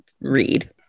read